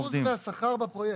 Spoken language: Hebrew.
זה אחוז מהשכר בפרויקט.